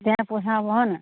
তেতিয়াহে পইচা হ'ব হয়নে